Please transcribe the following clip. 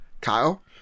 Kyle